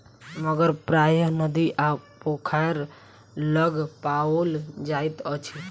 मगर प्रायः नदी आ पोखैर लग पाओल जाइत अछि